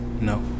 No